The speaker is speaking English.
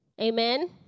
amen